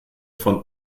von